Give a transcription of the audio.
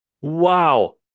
Wow